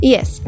Yes